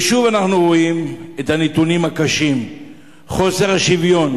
ושוב אנחנו רואים את הנתונים הקשים של חוסר השוויון